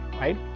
right